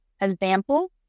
example